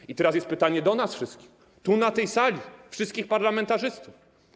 I teraz jest pytanie do nas wszystkich tu, na tej sali, wszystkich parlamentarzystów: